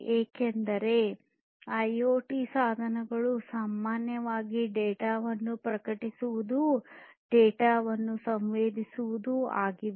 ಏಕೆಂದರೆ ಐಒಟಿ ಸಾಧನಗಳು ಸಾಮಾನ್ಯವಾಗಿ ಡೇಟಾವನ್ನು ಪ್ರಕಟಿಸುವುದು ಡೇಟಾವನ್ನು ಸಂವೇದಿಸುವುದು ಆಗಿದೆ